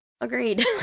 agreed